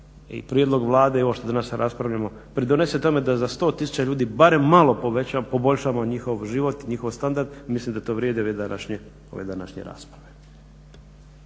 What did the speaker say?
i prijedlog Vlade i ovo što danas raspravljamo pridonese tome da za 100 tisuća ljudi barem malo poboljšamo njihov život i njihov standard mislim da to vrijede ove današnje rasprave.